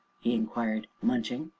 he inquired, munching.